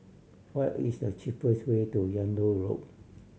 what is the cheapest way to Yung Loh Road